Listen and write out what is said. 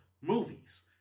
movies